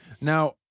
Now